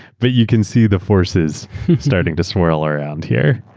but you can see the forces starting to swirl around here.